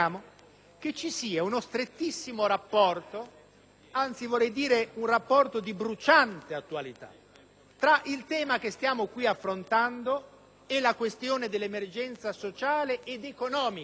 ci sia uno strettissimo rapporto, anzi vorrei dire un rapporto di bruciante attualità, tra il tema che stiamo qui affrontando e la questione dell'emergenza sociale ed economica